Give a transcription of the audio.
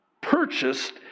purchased